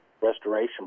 restoration